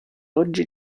oggi